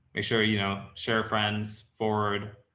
make sure, you know, share friends forward,